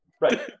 Right